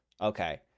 okay